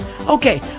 okay